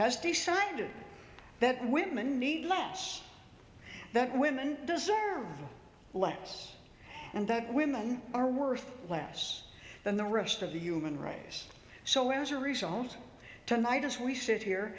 has decided that women need less that women deserve less and that women are worth less than the rest of the human race so as a result tonight as we sit here